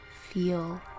feel